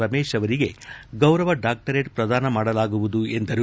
ರಮೇಶ್ ಅವರಿಗೆ ಗೌರವ ಡಾಕ್ಲರೇಟ್ ಪ್ರದಾನ ಮಾಡಲಾಗುವುದು ಎಂದರು